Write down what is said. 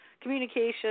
communication